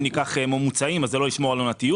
אם ניקח ממוצעים אז זה לא ישמור על עונתיות.